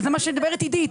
זה מה שאומרת עידית,